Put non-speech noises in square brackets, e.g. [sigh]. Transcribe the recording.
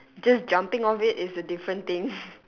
just jumping off it is a different thing [laughs]